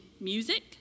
music